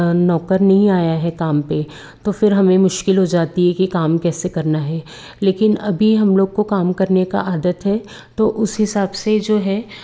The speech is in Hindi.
नौकर नहीं आया है काम पे तो फिर हमें मुश्किल हो जाती है कि काम कैसे करना है लेकिन अभी हम लोग को काम करने का आदत है तो उस हिसाब से जो है